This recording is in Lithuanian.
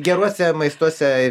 geruose maistuose